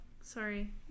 Sorry